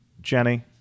Jenny